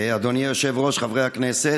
אדוני היושב-ראש, חברי הכנסת,